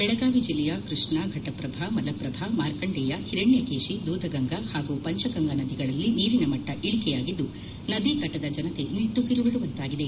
ಬೆಳಗಾವಿ ಜಿಲ್ಲೆಯ ಕೃಷರ ಫೆಟಪ್ರಭಾ ಮಲಪ್ರಭಾ ಮಾರ್ಕಂಡೇಯ ಹಿರಣ್ಯಕೇಶಿ ದೂದಗಂಗಾ ಹಾಗೂ ಪಂಚಗಂಗಾ ನದಿಗಳಲ್ಲಿ ನೀರಿನ ಮಟ್ನ ಇಳಿಕೆಯಾಗಿದ್ದು ನದಿತಟದ ಜನತೆ ನಿಟ್ಟುಸಿರು ಬಿಡುವಂತಾಗಿದೆ